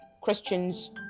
christians